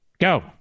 Go